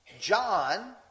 John